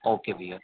okay भैया